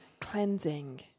cleansing